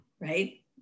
right